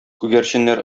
күгәрченнәр